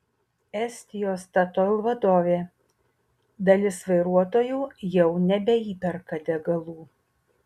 estijos statoil vadovė dalis vairuotojų jau nebeįperka degalų